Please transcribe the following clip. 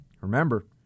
Remember